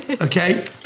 okay